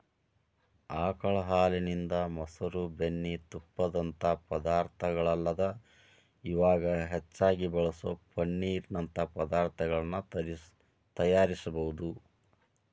ಆಕಳ ಹಾಲಿನಿಂದ, ಮೊಸರು, ಬೆಣ್ಣಿ, ತುಪ್ಪದಂತ ಪದಾರ್ಥಗಳಲ್ಲದ ಇವಾಗ್ ಹೆಚ್ಚಾಗಿ ಬಳಸೋ ಪನ್ನೇರ್ ನಂತ ಪದಾರ್ತಗಳನ್ನ ತಯಾರಿಸಬೋದು